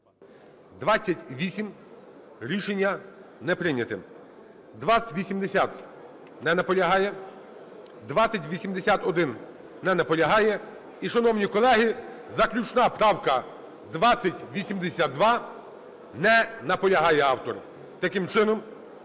За-28 Рішення не прийнято. 2080. Не наполягає. 2081. Не наполягає. І, шановні колеги, заключна правка – 2082, не наполягає автор. Таким чином,